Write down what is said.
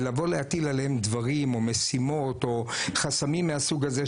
ולבוא להטיל עליהם דברים או משימות או חסמים מהסוג הזה,